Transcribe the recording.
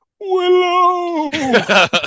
Willow